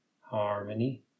harmony